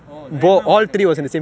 oh lemon was in your pocket